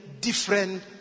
different